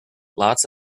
lots